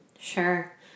Sure